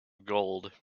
gold